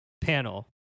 panel